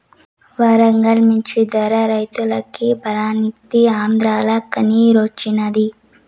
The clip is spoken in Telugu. వరంగల్ మిచ్చి ధర రైతులకి లాబాలిస్తీ ఆంద్రాల కన్నిరోచ్చినాది